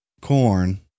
corn